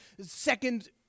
Second